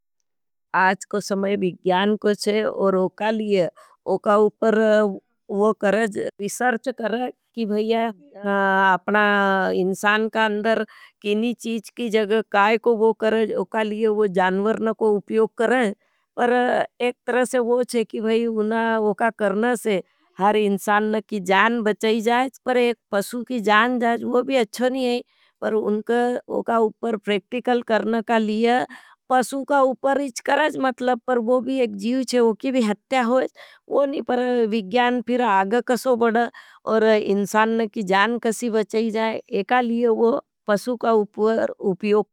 आज को समय विज्ञान को छे और यूके लिए उका उपर वो करेज बिसर्च करे। कि भाईया अपना इंसान का अंदर कीनी चीज की जग काई को वो करेज उका लिए वो जानवर न को उपयोग करे। पर एक तरह से वो चे कि वो का करना से हर इंसान की जान बचय जाएज। पर एक पसु की जान जाएज वो भी अच्छो नहीं है पर उनको का उपर प्रेक्टिकल करना का लिए पसु का उपर इच कराज। मतलब पर वो भी एक जीव है उकी भी हत्या होय वो नहीं पर विज्ञान फिर आग कसो बड़ा। और इंसान की जान कसी बचाई जाए एका लिए वो पसु का उपर उपयोग कराज।